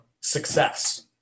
success